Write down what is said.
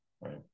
right